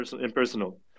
impersonal